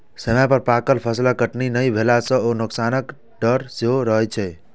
समय पर पाकल फसलक कटनी नहि भेला सं नोकसानक डर सेहो रहै छै